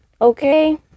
Okay